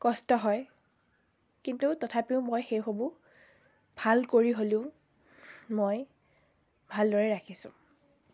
কষ্ট হয় কিন্তু তথাপিও মই সেইসমূহ ভাল কৰি হ'লেও মই ভালদৰে ৰাখিছোঁ